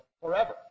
forever